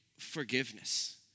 forgiveness